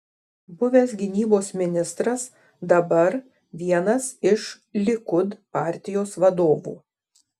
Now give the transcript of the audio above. buvęs gynybos ministras dabar vienas iš likud partijos vadovų